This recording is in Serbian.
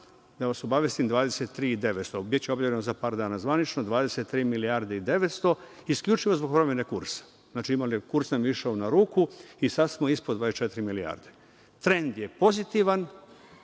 da vas obavestim, 23 milijarde i 900, biće objavljeno za par dana. Zvanično 23 milijarde i 900, isključivo zbog promene kursa. Znači, kurs nam je išao na ruku i sada smo ispod 24 milijarde. Trend je pozitivan.